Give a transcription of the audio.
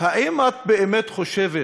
האם באמת את חושבת